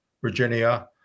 Virginia